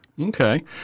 Okay